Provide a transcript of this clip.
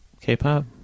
K-pop